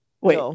Wait